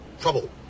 trouble